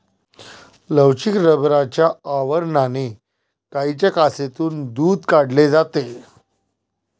लवचिक रबराच्या आवरणाने गायींच्या कासेतून दूध काढले जाते